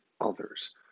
others